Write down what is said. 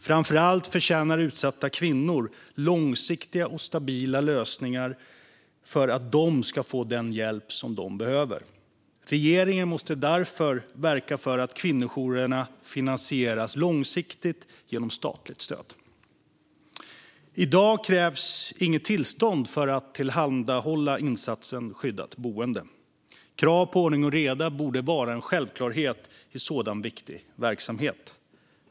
Framför allt förtjänar utsatta kvinnor långsiktiga och stabila lösningar för att de ska få den hjälp som de behöver. Regeringen måste därför verka för att kvinnojourerna finansieras långsiktigt genom statligt stöd. I dag krävs inget tillstånd för att tillhandahålla insatsen skyddat boende. Krav på ordning och reda borde vara en självklarhet i sådan viktig verksamhet.